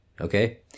okay